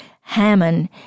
Hammond